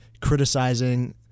criticizing